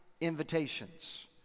invitations